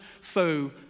foe